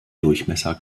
durchmesser